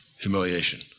humiliation